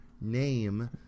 name